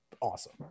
awesome